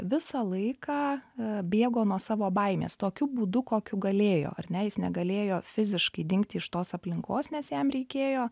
visą laiką bėgo nuo savo baimės tokiu būdu kokiu galėjo ar ne jis negalėjo fiziškai dingti iš tos aplinkos nes jam reikėjo